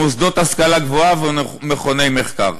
מוסדות השכלה גבוהה ומכוני מחקר.